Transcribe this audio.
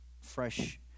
fresh